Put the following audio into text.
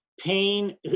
Pain